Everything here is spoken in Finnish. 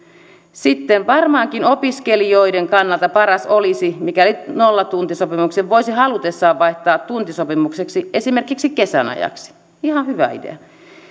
sitten varmaankin opiskelijoiden kannalta paras olisi mikäli nollatuntisopimuksen voisi halutessaan vaihtaa tuntisopimukseksi esimerkiksi kesän ajaksi ihan hyvä idea